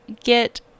get